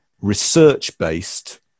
research-based